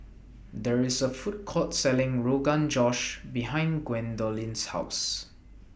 There IS A Food Court Selling Rogan Josh behind Gwendolyn's House